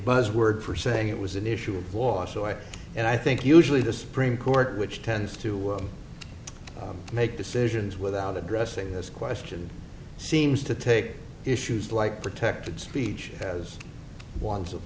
buzzword for saying it was an issue of war so i and i think usually the supreme court which tends to make decisions without addressing this question seems to take issues like protected speech as ones of